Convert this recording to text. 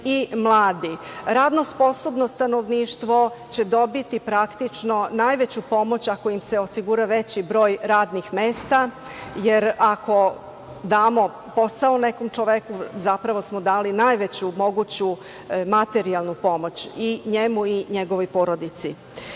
i mladi. Radno sposobno stanovništvo će dobiti praktično najveću pomoć ako im se osigura veći broj radnih mesta, jer ako damo posao nekom čoveku zapravo smo dali najveću moguću materijalnu pomoć i njemu i njegovoj porodici. Razdoblje